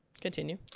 Continue